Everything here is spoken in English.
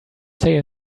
say